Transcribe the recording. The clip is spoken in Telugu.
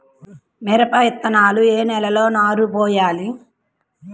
మిరప విత్తనాలు ఏ నెలలో నారు పోయాలి?